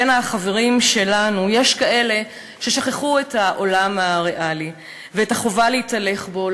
בין החברים שלנו יש כאלה ששכחו את העולם הריאלי ואת החובה להתהלך בו,